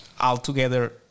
altogether